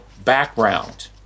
background